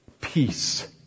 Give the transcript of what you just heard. peace